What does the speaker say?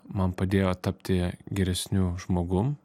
man padėjo tapti geresniu žmogum